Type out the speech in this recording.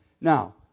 Now